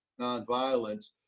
nonviolence